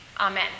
Amen